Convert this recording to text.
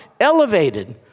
elevated